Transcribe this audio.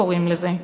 קוראים לזה,